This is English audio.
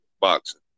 boxing